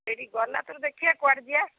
ଗଲାପରେ ଦେଖିଆ କୁଆଡ଼େ ଯିବା